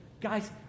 Guys